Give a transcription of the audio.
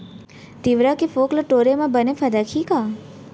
तिंवरा के फोंक ल टोरे म बने फदकही का?